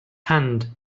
hand